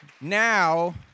now